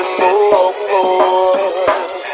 more